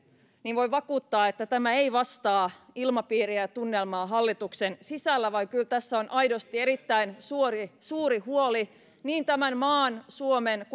niin voin vakuuttaa että tämä ei vastaa ilmapiiriä ja tunnelmaa hallituksen sisällä vaan kyllä tässä on aidosti erittäin suuri huoli niin tämän maan suomen